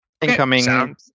Incoming